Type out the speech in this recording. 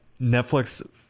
Netflix